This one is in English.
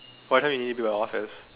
what time do you need to be in office